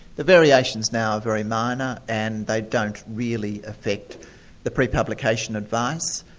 the variations now are very minor, and they don't really affect the pre-publication advice.